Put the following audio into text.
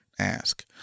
ask